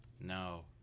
No